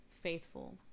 faithful